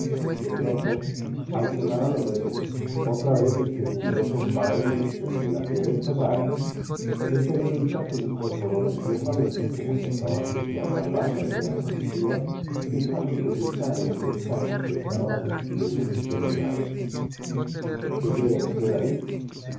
de pronto al sonar a lo lejos otra vez el quejumbroso padrenuestro de la fiera encerrada el periodista se incorporó nerviosamente como si acabase de atrapar la idea fugitiva fijando su vista en aquel saco que estaba a los pies del recién llegado qué lleva usted ahí